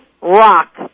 Rock